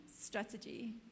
strategy